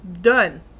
done